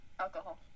alcohol